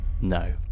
No